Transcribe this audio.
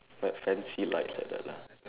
like fancy lights like that lah